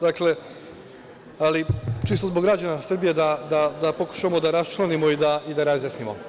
Dakle, ali čisto zbog građana Srbije da pokušamo da raščlanimo i da razjasnimo.